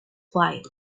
quiet